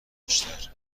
بیشتر